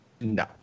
No